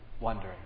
wondering